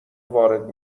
وارد